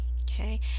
Okay